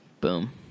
Boom